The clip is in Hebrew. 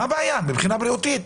מה הבעיה מבחינה בריאותית?